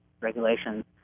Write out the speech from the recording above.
regulations